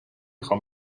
خوام